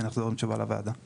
ונחזור לוועדה עם תשובה.